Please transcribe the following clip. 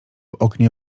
oknie